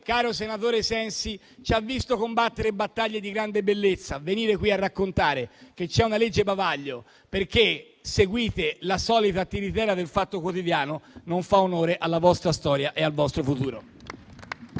caro senatore Sensi, ci ha visto combattere battaglie di grande bellezza. Venire qui a raccontare che c'è una legge bavaglio perché seguite la solita tiritera del «Fatto Quotidiano» non fa onore alla vostra storia e al vostro futuro.